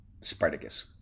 Spartacus